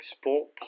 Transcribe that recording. Sport